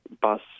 bus